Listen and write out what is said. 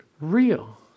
real